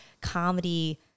comedy